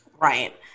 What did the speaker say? Right